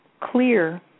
Clear